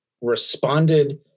responded